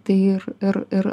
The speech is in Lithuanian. tai ir ir ir